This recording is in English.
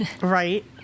right